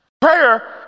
Prayer